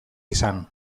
izan